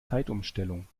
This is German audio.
zeitumstellung